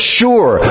sure